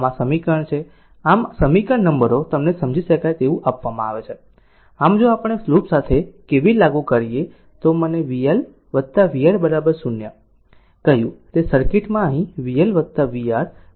આમ સમીકરણ નંબરો તમને સમજી શકાય તેવું આપવામાં આવે છે આમ જો આપણે લૂપ સાથે KVL લાગુ કરીએ તો મને vL vR 0 કહ્યું તે સર્કિટ માં અહીં vL vR 0